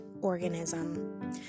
organism